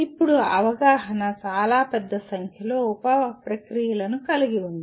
ఇప్పుడు అవగాహన చాలా పెద్ద సంఖ్యలో ఉప ప్రక్రియలను కలిగి ఉంది